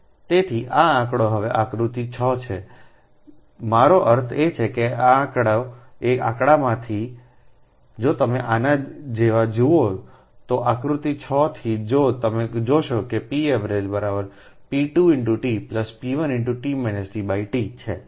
તેથી આ આંકડો હવે આકૃતિ 6 છે મારો અર્થ એ છે કે આ આંકડો આ આંકડામાંથી જો તમે આના જેવા જુઓ તો આકૃતિ 6 થી જો તમે જોશો કેpavg p2 t p1 T છે